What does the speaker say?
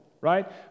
right